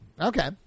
Okay